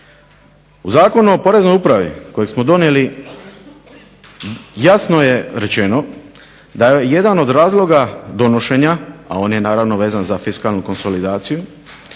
U Zakonu o Poreznoj upravi kojeg smo donijeli jasno je rečeno da je jedan od razloga donošenja, a on je naravno vezan za fiskalnu konsolidaciju,